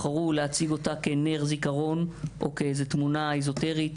הם בחרו להציג אותה כנר זיכרון או כתמונה איזוטרית.